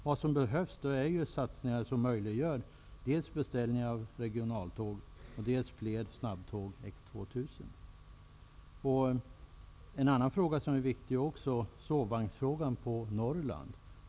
Vad som behövs är satsningar som möjliggör dels beställningar av regionaltåg, dels fler snabbtåg av typen X2000. En annan viktig sak är sovvagnstrafiken på Norrland.